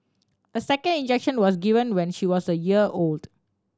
a second injection was given when she was a year old